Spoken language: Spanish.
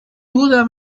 duda